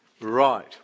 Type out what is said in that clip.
Right